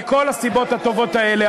מכל הסיבות הטובות האלה,